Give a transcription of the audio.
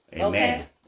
Amen